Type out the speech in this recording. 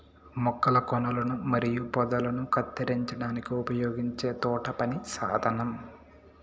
మొక్కల కొనలను మరియు పొదలను కత్తిరించడానికి ఉపయోగించే తోటపని సాధనం